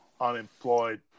unemployed